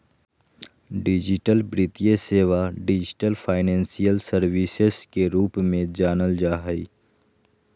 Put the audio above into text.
digital वित्तीय सेवा, digital financial services के रूप में जानल जा हइ